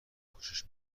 خوشش